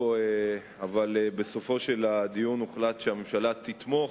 אבל בסופו של הדיון הוחלט שהממשלה תתמוך,